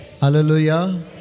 Hallelujah